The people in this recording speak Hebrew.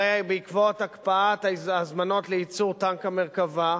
הרי בעקבות הקפאת ההזמנות לייצור טנק ה"מרכבה"